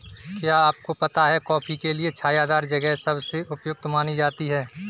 क्या आपको पता है कॉफ़ी के लिए छायादार जगह सबसे उपयुक्त मानी जाती है?